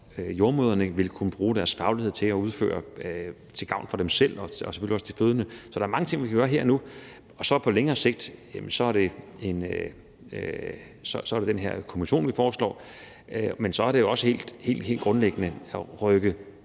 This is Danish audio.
jordemødrene vil kunne bruge deres faglighed til at udføre til gavn for dem selv og selvfølgelig også de fødende. Så der er mange ting, vi kan gøre her og nu. På længere sigt er det den her kommission, vi foreslår, men så er det jo også helt grundlæggende at styrke